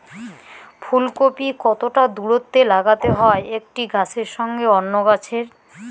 ফুলকপি কতটা দূরত্বে লাগাতে হয় একটি গাছের সঙ্গে অন্য গাছের?